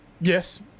yes